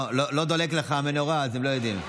התשפ"ג 2023, לוועדת הבריאות נתקבלה.